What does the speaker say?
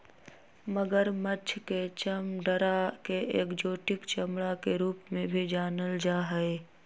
मगरमच्छ के चमडड़ा के एक्जोटिक चमड़ा के रूप में भी जानल जा हई